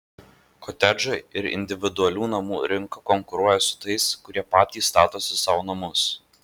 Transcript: kotedžų ir individualių namų rinka konkuruoja su tais kurie patys statosi sau namus